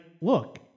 look